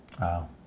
Wow